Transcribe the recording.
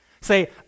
Say